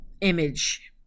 image